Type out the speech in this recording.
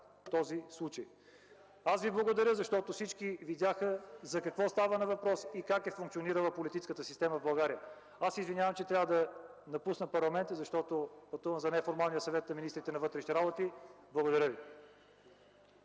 ЦВЕТАНОВ: Аз Ви благодаря, защото всички видяха за какво става въпрос и как е функционирала политическата система в България. Извинявам се, че трябва да напусна парламента, защото пътувам за Неформалния съвет на министрите на вътрешните работи. Благодаря ви.